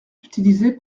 utilisé